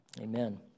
amen